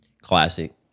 classic